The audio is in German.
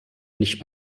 nicht